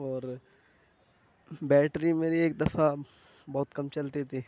اور بیٹری میری ایک دفعہ بہت کم چلتی تھی